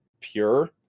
pure